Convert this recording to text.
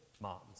moms